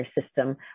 system